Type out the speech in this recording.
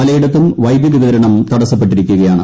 പലയിടത്തും വൈദ്യുതി വിതരണം തടസ്സപ്പെട്ടിരിക്കുകയാണ്